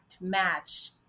match